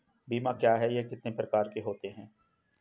बीमा क्या है यह कितने प्रकार के होते हैं?